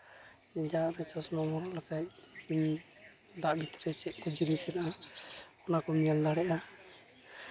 ᱡᱟᱦᱟᱸᱨᱮ ᱪᱚᱥᱢᱟᱢ ᱦᱚᱨᱚᱜ ᱞᱮᱠᱷᱟᱱ ᱫᱟᱜ ᱵᱷᱤᱛᱨᱤ ᱨᱮ ᱪᱮᱫ ᱠᱚ ᱡᱤᱱᱤᱥ ᱢᱮᱱᱟᱜᱼᱟ ᱚᱱᱟ ᱠᱚᱢ ᱧᱮᱞ ᱫᱟᱲᱮᱭᱟᱜᱼᱟ